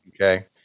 Okay